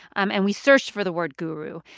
um and we searched for the word guru.